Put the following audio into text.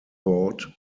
thought